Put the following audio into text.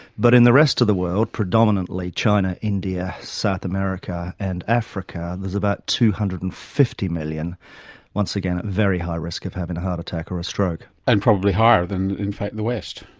but in the rest of the world, predominantly china, india, south america and africa, there is about two hundred and fifty million once again at very high risk of having a heart attack or a stroke. and probably higher than in fact the west.